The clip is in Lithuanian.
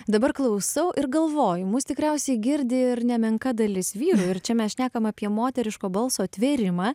dabar klausau ir galvoju mus tikriausiai girdi ir nemenka dalis vyrų ir čia mes šnekam apie moteriško balso atvėrimą